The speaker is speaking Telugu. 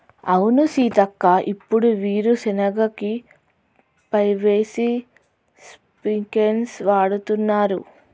అవును సీతక్క ఇప్పుడు వీరు సెనగ కి పైపేసి స్ప్రింకిల్స్ వాడుతున్నారు